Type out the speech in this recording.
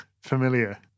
familiar